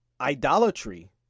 idolatry